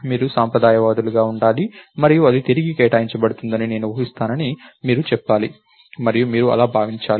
మీరు సంప్రదాయవాదులుగా ఉండాలి మరియు అది తిరిగి కేటాయించబడుతుందని నేను ఊహిస్తానని మీరు చెప్పాలి మీరు అలా భావించాలి